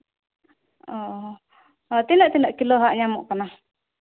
ᱚᱻ ᱛᱤᱱᱟᱹᱜ ᱛᱤᱱᱟᱹᱜ ᱠᱤᱞᱳᱣᱟᱜ ᱧᱟᱢᱚᱜ ᱠᱟᱱᱟ